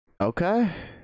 Okay